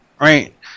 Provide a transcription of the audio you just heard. right